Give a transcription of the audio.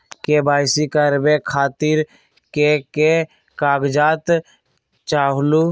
KYC करवे खातीर के के कागजात चाहलु?